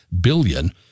billion